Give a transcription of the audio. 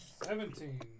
Seventeen